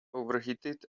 overheated